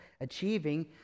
achieving